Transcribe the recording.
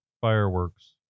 fireworks